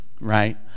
right